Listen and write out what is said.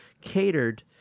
catered